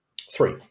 Three